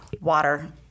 water